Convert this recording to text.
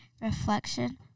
reflection